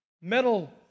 metal